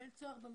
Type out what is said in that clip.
תודה.